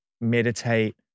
meditate